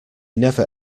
never